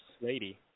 lady